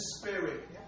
spirit